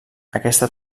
aquesta